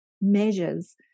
measures